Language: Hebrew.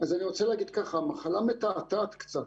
אני רוצה להגיד ככה - המחלה מתעתעת קצת.